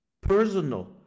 personal